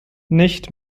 nicht